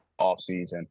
offseason